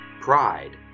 Pride